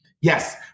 Yes